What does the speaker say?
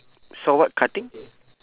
saw what cutting